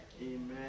Amen